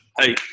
hey